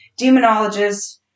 demonologists